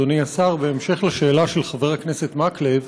אדוני השר, בהמשך לשאלה של חבר הכנסת מקלב,